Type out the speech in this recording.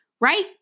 right